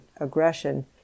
aggression